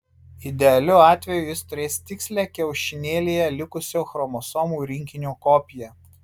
idealiu atveju jis turės tikslią kiaušinėlyje likusio chromosomų rinkinio kopiją